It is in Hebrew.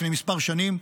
לפני כמה שנים,